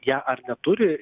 ją ar neturi